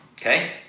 okay